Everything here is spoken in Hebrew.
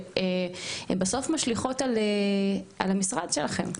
שבסוף משליכות על המשרד שלכם.